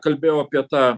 kalbėjau apie tą